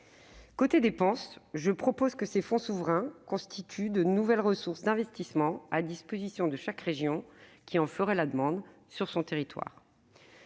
Côté dépenses, je propose que ces fonds souverains constituent de nouvelles ressources d'investissement à la disposition de chaque région qui en ferait la demande, sur son territoire.